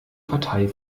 partei